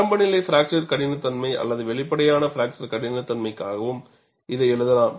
ஆரம்ப நிலை பிராக்சர் கடினத்தன்மை அல்லது வெளிப்படையான பிராக்சர் கடினத்தன்மைக்காகவும் இதை எழுதலாம்